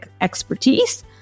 expertise